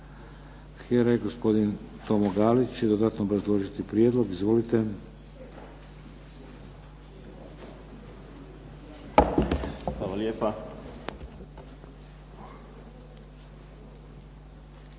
HERA-e gospodin Tomo Galić će dodatno obrazložiti prijedlog. Izvolite. **Galić,